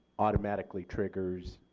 automatically triggers